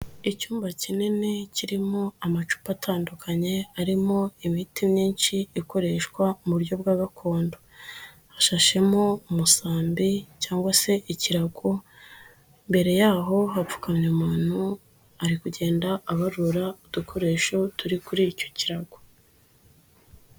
Icyumba kinini kirimo amacupa atandukanye, arimo imiti myinshi ikoreshwa mu buryo bwa gakondo, hashashemo umusambi cyangwa se ikirago, imbere yaho hapfukamye umuntu ari kugenda abarura udukoresho turi kuri icyo kirago.